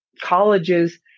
colleges